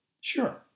Sure